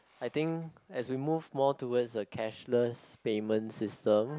I think as we move more towards the cashless payment system